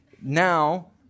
now